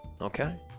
Okay